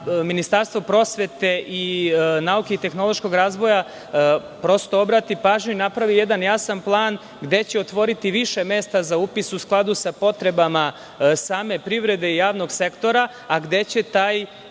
Ministarstvo prosvete, nauke i tehnološkog razvoja obrati pažnju i napravi jedan jasan plan gde će otvoriti više mesta za upis, u skladu sa potrebama same privrede i javnog sektora, a gde će taj